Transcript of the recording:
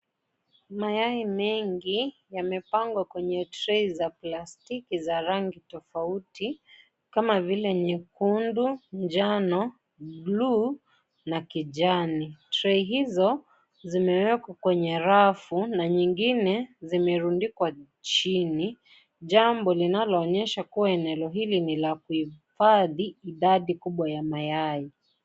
Mayai mengi yamepangwa kwenye trei za plastiki za rangi tofauti kama vile nyekundu, njano, bluu na kijani. Trei hizo zimewekwa kwenye rafu na nyingine zimerundikwa chini jambo linaloonyesha kuwa eneo hili ni la kuhifadhi idadi kubwa ya mayai.